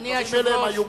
גם הדברים האלה הם איומים.